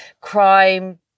Crime